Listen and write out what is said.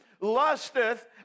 lusteth